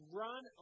run